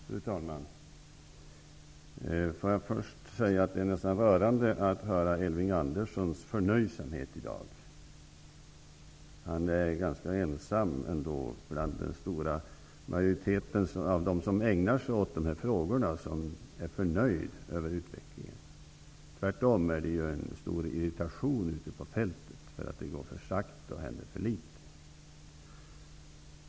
Fru talman! Får jag först säga att det nästan är rörande att höra Elving Anderssons förnöjsamhet i dag. Han är ändå ganska ensam bland dem som ägnar sig åt dessa frågor om att vara förnöjd över utvecklingen. Tvärtom är det en stor irritation ute på fältet över att det går för sakta och händer för litet.